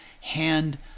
hand